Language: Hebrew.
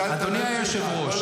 אני שמח שאדוני היושב-ראש --- מיקי,